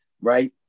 right